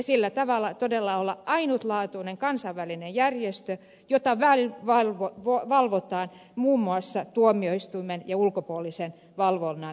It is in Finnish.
se on todella ainutlaatuinen kansainvälinen järjestö jota valvotaan sekä tuomioistuimen että ulkopuolisen valvonnan kautta